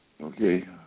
Okay